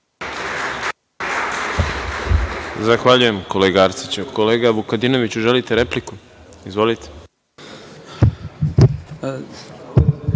Zahvaljujem, kolega Arsiću. Kolega Vukadinoviću, želite repliku? Izvolite.